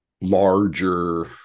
larger